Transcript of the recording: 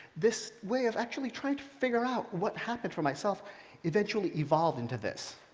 this way of actually trying to figure out what happened for myself eventually evolved into this,